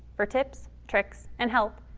for tips, tricks, and help,